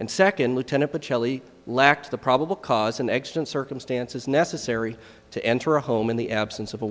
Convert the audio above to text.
and second lieutenant but shelley lacked the probable cause in extant circumstances necessary to enter a home in the absence of a